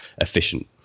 efficient